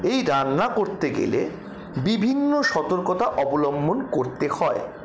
এই রান্না করতে গেলে বিভিন্ন সতর্কতা অবলম্বন করতে হয়